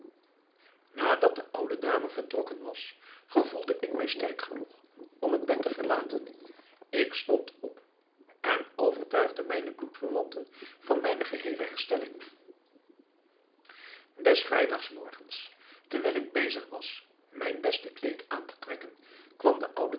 nadat de oude dame vertrokken was gevoelde ik mij sterk genoeg om het bed te verlaten ik stond op en overtuigde mijne bloedverwanten van mijne geheele herstelling des vrijdags morgens terwijl ik bezig was mijn beste kleed aan te trekken kwam de oude